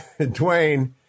Dwayne